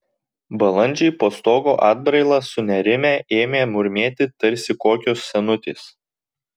balandžiai po stogo atbraila sunerimę ėmė murmėti tarsi kokios senutės